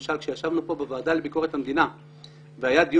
למשל עת ישבנו כאן בוועד לביקורת המדינה והיה דיון